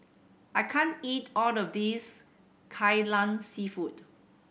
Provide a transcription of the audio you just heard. I can't eat all of this Kai Lan Seafood